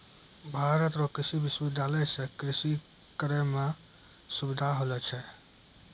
भारत रो कृषि विश्वबिद्यालय से कृषि करै मह सुबिधा होलो छै